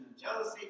jealousy